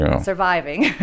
surviving